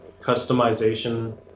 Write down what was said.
Customization